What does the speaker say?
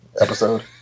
episode